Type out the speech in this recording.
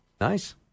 Nice